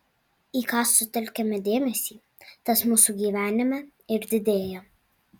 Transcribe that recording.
į ką sutelkiame dėmesį tas mūsų gyvenime ir didėja